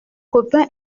copain